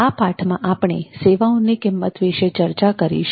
આ પાઠ માં આપણે સેવાઓ ની કિંમત વિષે ચર્ચા કરીશું